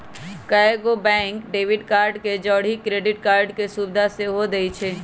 कएगो bank debit card के जौरही क्रेडिट कार्ड के सुभिधा सेहो देइ छै